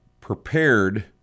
prepared